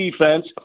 defense